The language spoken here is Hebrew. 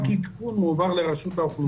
רק עדכון מועבר לרשות האוכלוסין.